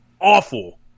awful